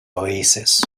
oasis